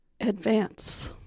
advance